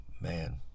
Man